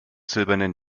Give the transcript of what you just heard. silbernen